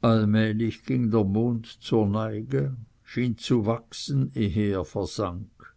allmählich ging der mond zur neige schien zu wachsen ehe er versank